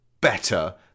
better